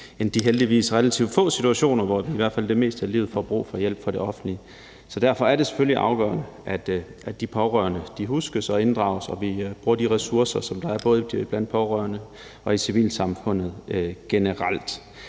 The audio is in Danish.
end i de heldigvis relativt få situationer, hvor vi har brug for hjælp fra det offentlige. Så derfor er det selvfølgelig afgørende, at de pårørende huskes og inddrages, og at vi bruger de ressourcer, som der er både blandt pårørende og i civilsamfundet generelt.